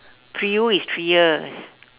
pre U is three years